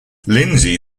lindsay